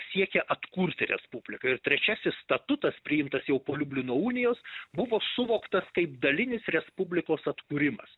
siekė atkurti respubliką ir trečiasis statutas priimtas jau po liublino unijos buvo suvoktas kaip dalinis respublikos atkūrimas